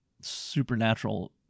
supernatural